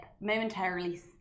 momentarily